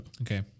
Okay